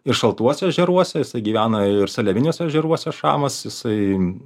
ir šaltuose ežeruose jisai gyvena ir seliaviniuose ežeruose šamas jisai